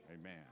Amen